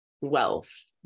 wealth